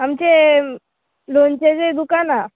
आमचें लोणच्याचें जें दुकान हां